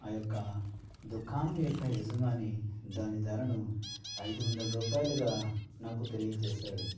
ఆ యొక్క దుకాణం యొక్క యజమాని దాని ధరను అయిదు వందల రూపాయలుగా నాకు తెలియజేసాడు